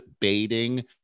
baiting